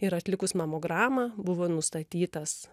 ir atlikus mamogramą buvo nustatytas